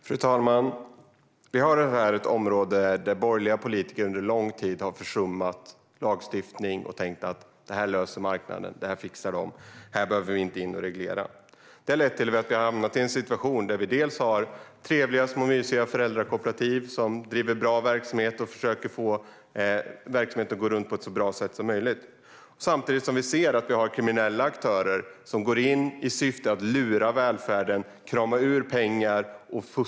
Fru talman! Detta är ett område inom vilket borgerliga politiker under lång tid har försummat lagstiftningen. De har tänkt: Marknaden löser detta. Den fixar det. Vi behöver inte reglera detta. Det här har lett till att vi har hamnat i en situation med dels trevliga och små mysiga föräldrakooperativ som driver en bra verksamhet och som försöker få den att gå runt på ett så bra sätt som möjligt, dels kriminella aktörer som går in i syfte att lura välfärden, krama ur den pengar och fuska.